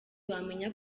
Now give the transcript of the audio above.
wamenya